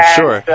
sure